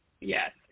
Yes